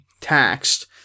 taxed